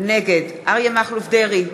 נגד אריה מכלוף דרעי,